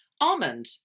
Almond